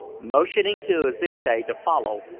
motioning to azinte to follow,